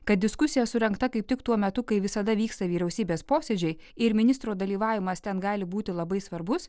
kad diskusija surengta kaip tik tuo metu kai visada vyksta vyriausybės posėdžiai ir ministro dalyvavimas ten gali būti labai svarbus